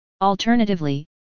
Alternatively